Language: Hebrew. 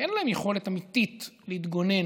ואין להם יכולת אמיתית להתגונן.